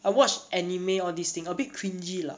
I watch anime all this thing a bit cringey lah